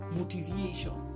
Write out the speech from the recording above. motivation